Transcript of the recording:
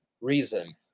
reason